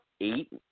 eight